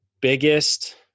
biggest